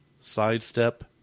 sidestep